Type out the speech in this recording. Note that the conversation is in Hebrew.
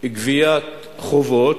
גביית חובות,